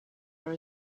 are